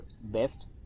best